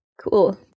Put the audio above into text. cool